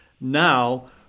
Now